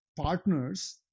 Partners